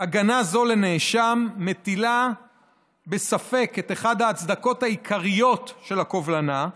הגנה זו לנאשם מטילה בספק את אחת ההצדקות העיקריות של הקובלנה,